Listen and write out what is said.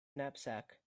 knapsack